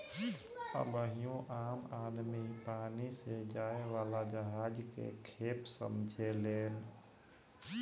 अबहियो आम आदमी पानी से जाए वाला जहाज के खेप समझेलेन